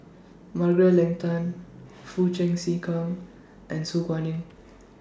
Margaret Leng Tan Foo Chee C Keng and Su Guaning